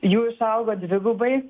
jų išaugo dvigubai